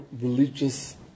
religious